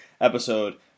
episode